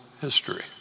history